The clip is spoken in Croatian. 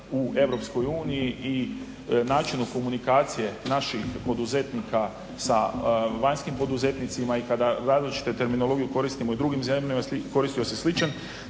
u EU i načinu komunikacije naših poduzetnika sa vanjskim poduzetnicima i kada različite terminologije koristimo u drugim zemljama, koristila se slična